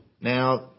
Now